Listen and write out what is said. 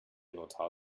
notar